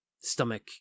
stomach